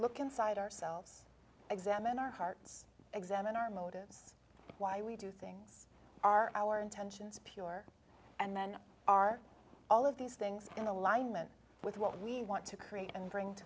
look inside ourselves examine our hearts examine our motives why we do things are our intentions pure and then are all of these things in alignment with what we want to create and bring